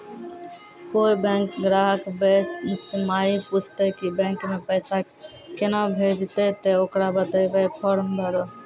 कोय बैंक ग्राहक बेंच माई पुछते की बैंक मे पेसा केना भेजेते ते ओकरा बताइबै फॉर्म भरो